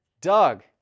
Doug